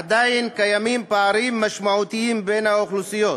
עדיין קיימים פערים משמעותיים בין האוכלוסיות.